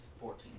Fourteen